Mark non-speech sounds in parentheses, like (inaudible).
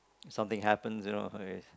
something happens you know (laughs)